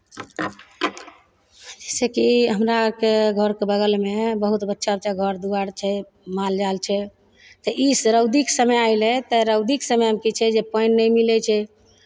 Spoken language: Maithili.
जैसे कि हमरा अरके घरके बगलमे बहुत अच्छा अच्छा घर दुआरि छै माल जाल छै तऽ ई स् रौदीक समय अयलै तऽ रौदीक समयमे की छै जे पानि नहि मिलै छै